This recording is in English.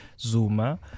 Zuma